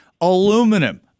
aluminum